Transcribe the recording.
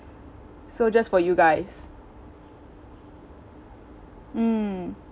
so just for you guys mm